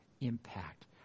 impact